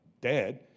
dead